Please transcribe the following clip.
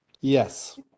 Yes